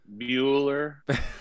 Bueller